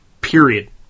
period